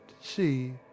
See